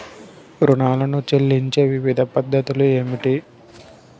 రుణాలను తిరిగి చెల్లించే వివిధ పద్ధతులు ఏమిటి?